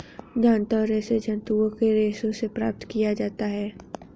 जांतव रेशे जंतुओं के रेशों से प्राप्त किया जाता है